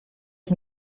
ich